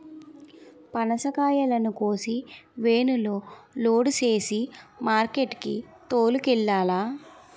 పనసకాయలను కోసి వేనులో లోడు సేసి మార్కెట్ కి తోలుకెల్లాల